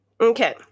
Okay